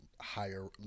higher